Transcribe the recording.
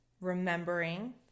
remembering